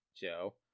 joe